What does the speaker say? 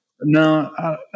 No